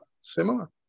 similar